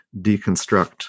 deconstruct